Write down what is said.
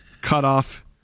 cut-off